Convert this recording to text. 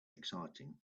exciting